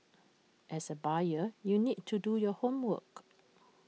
as A buyer you need to do your homework